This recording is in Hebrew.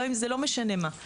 גם אם לא משנה מה,